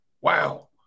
wow